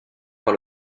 par